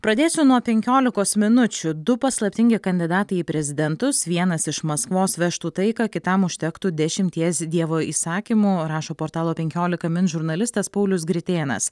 pradėsiu nuo penkiolikos minučių du paslaptingi kandidatai į prezidentus vienas iš maskvos vežtų taiką kitam užtektų dešimties dievo įsakymų rašo portalo penkiolika min žurnalistas paulius gritėnas